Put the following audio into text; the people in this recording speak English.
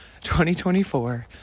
2024